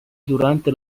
durante